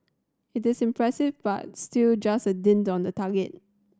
it is impressive but still just a dint on the target